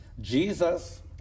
Jesus